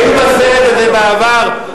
היינו בסרט הזה בעבר,